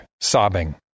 sobbing